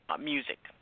music